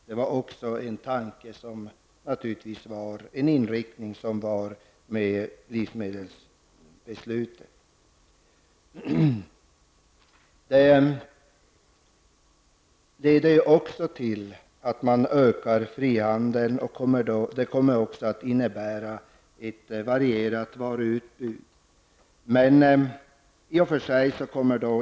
Det var också en inriktning som var med i livsmedelsbeslutet. Det leder till att man ökar frihandeln, och det kommer också att innebära ett varierat varuutbud.